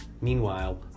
Meanwhile